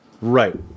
Right